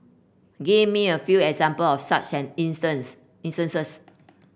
give me a few example of such an instance instances